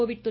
Covid